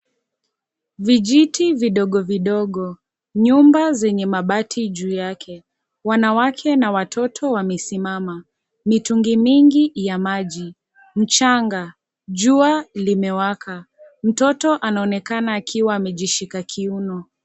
Vijiti vidogovidogo nyumba zenye mabati juu yake wanawake na watoto wamesimama mitungi mingi ya maji jua limewaka mtoto anaonekana akiwa amejishika kiuno